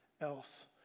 else